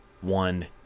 one